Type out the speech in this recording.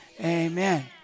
amen